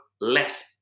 less